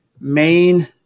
main